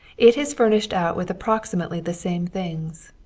it is furnished out with approximately the same things.